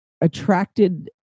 attracted